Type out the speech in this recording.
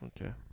Okay